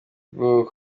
gipimo